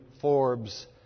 Forbes